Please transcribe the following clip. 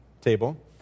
table